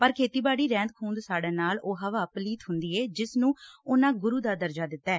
ਪਰ ਖੇਤੀਬਾਤੀ ਰਹਿੰਦ ਖੂੰਹਦ ਸਾੜਨ ਨਾਲ ਉਹ ਹਵਾ ਪਲੀਤ ਹੁੰਦੀ ਏ ਜਿਸ ਨੂੰ ਉਨੂਾਂ ਗੁਰੂ ਦਾ ਦਰਜਾ ਦਿੱਤੈ